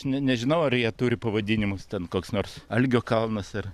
ne nežinau ar jie turi pavadinimus ten koks nors algio kalnas ar